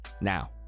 Now